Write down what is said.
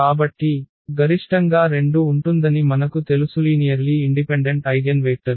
కాబట్టి గరిష్టంగా 2 ఉంటుందని మనకు తెలుసులీనియర్లీ ఇండిపెండెంట్ ఐగెన్వేక్టర్లు